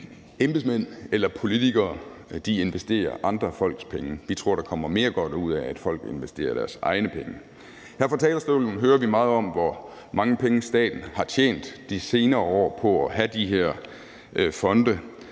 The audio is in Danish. embedsmænd eller politikere investerer andre folks penge. Vi tror, at der kommer mere godt ud af, at folk investerer deres egne penge. Her fra talerstolen hører vi meget om, hvor mange penge staten har tjent de senere år på at have de her fonde,